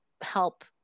help